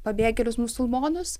pabėgėlius musulmonus